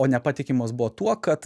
o nepatikimos buvo tuo kad